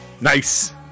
Nice